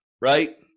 right